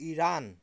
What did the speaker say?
Iran